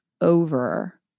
over